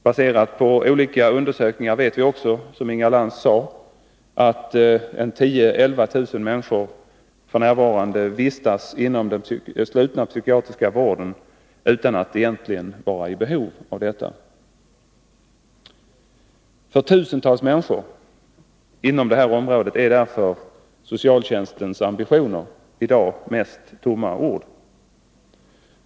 Baserat på olika undersökningar vet vi också, som Inga Lantz sade, att 10 000-11 000 människor f. n. vistas inom den slutna psykiatriska vården utan att egentligen vara i behov av detta. För tusentals människor är därför socialtjänstens ambitioner i dag mest tomma ord.